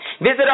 Visit